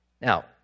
Now